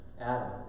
Adam